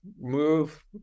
move